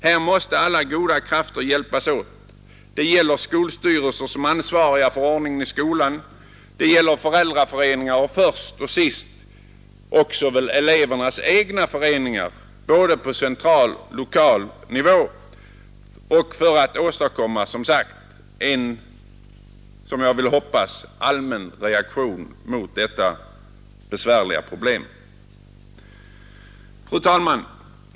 Här måste alla goda krafter hjälpas åt — det gäller skolstyrelser som ansvariga för ordningen i skolan, föräldrarföreningar och först och sist elevernas egna föreningar, på både central och lokal nivå — för att åstadkomma en allmän reaktion emot mobbing. Fru talman!